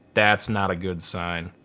that's not a good sign.